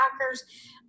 hackers